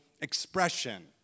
expression